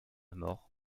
mort